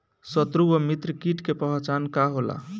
सत्रु व मित्र कीट के पहचान का होला?